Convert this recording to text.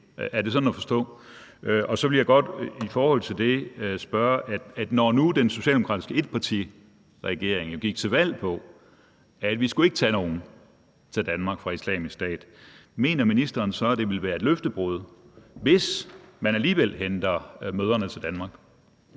Er det sådan at forstå? Så vil jeg i forhold til det godt spørge: Når nu den socialdemokratiske etpartiregering gik til valg på, at vi ikke skulle tage nogen til Danmark fra Islamisk Stat, mener ministeren så, at det vil være et løftebrud, hvis man alligevel henter mødrene til Danmark?